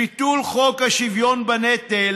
ביטול חוק השוויון בנטל,